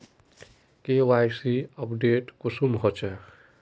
KYC update कुंसम होचे?